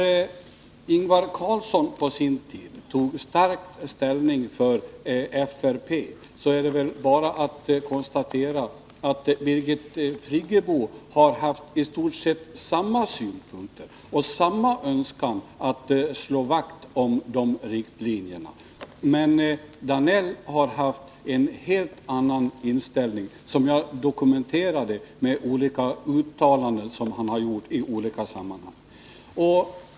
Ingvar Carlsson tog på sin tid starkt ställning för den fysiska riksplaneringen, och det kan konstateras att Birgit Friggebo haft i stort sett samma synpunkter och samma önskan att slå vakt om de riktlinjerna. Men Georg Danell har haft en helt annan inställning, vilket jag dokumenterat med olika uttalanden som han har gjort i olika sammanhang.